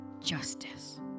justice